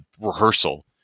rehearsal